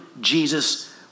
Jesus